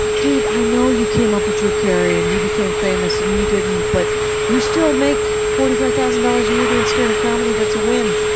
dude, i know you came up with drew carey and he became famous and you didn't, but you still make forty five thousand dollars a year doing stand-up comedy. that's a win.